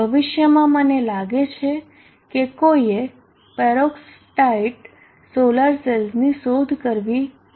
ભવિષ્યમાં મને લાગે છે કે કોઈ એ પેરોવસ્કાઇટ સોલર સેલ્સની શોધ કરવી જોઈએ